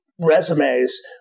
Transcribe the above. resumes